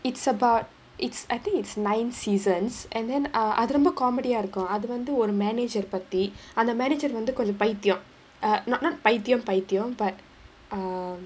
it's about it's I think it's nine seasons and then uh அது ரொம்ப:athu romba comedy ah இருக்கும் அது வந்து ஒரு:irukkum athu vanthu oru manager பத்தி அந்த:pathi antha manager வந்து கொஞ்ச பைத்தியம்:vanthu konja paithiyam err not பைத்தியம் பைத்தியம்:paithiyam paithiyam but um